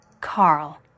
Carl